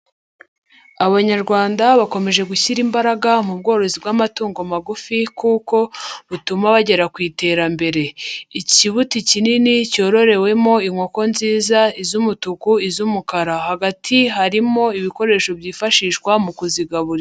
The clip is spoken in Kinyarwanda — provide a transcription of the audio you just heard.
Abanyarwanda bakomeje gushyira imbaraga mu bworozi bw'amatungo magufi kuko butuma bagera ku iterambere. Ikibuti kinini cyororewemo inkoko nziza i z'umutuku iz'umukara hagati harimo ibikoresho byifashishwa mu kuzigaburira.